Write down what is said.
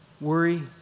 worry